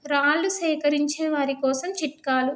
రాళ్ళు సేకరించే వారి కోసం చిట్కాలు